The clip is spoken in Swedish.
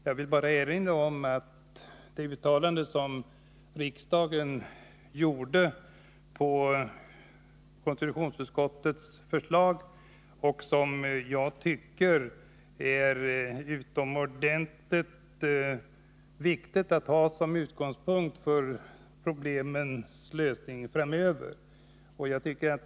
Jag vill bara erinra om det uttalande som riksdagen gjorde på konstitutionsutskottets förslag och som jag tycker är utomordentligt viktigt att ha som bakgrund för problemens lösning framöver.